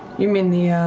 you mean the yeah